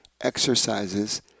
exercises